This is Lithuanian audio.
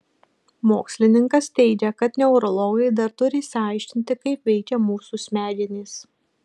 mokslininkas teigia kad neurologai dar turi išaiškinti kaip veikia mūsų smegenys